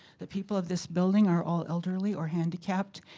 the people of this building are all elderly or handicapped,